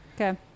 Okay